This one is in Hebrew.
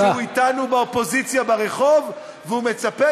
שהוא איתנו באופוזיציה ברחוב והוא מצפה